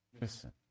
listen